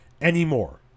anymore